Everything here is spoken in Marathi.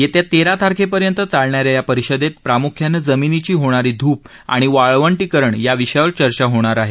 येत्या तेरा तारखेपर्यंत चालणाऱ्या या परिषदेत प्रामुख्यानं जमीनीची होणारी धूप आणि वाळवंटीकरण या विषयावर चर्चा होणार आहे